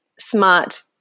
smart